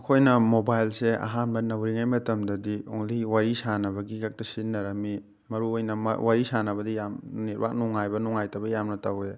ꯑꯩꯈꯣꯏꯅ ꯃꯣꯕꯥꯏꯜꯁꯦ ꯑꯍꯥꯟꯕ ꯅꯧꯔꯤꯉꯩ ꯃꯇꯝꯗꯗꯤ ꯑꯣꯡꯂꯤ ꯋꯥꯔꯤ ꯁꯥꯟꯅꯕꯒꯤ ꯈꯛꯇ ꯁꯤꯖꯤꯟꯅꯔꯝꯃꯤ ꯃꯔꯨꯑꯣꯏꯅ ꯋꯥꯔꯤ ꯁꯥꯟꯅꯕꯗ ꯌꯥꯝꯅ ꯅꯦꯠꯋꯥꯛ ꯅꯨꯡꯉꯥꯏꯕ ꯅꯨꯡꯉꯥꯏꯇꯕ ꯌꯥꯝꯅ ꯇꯧꯋꯦ